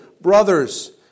Brothers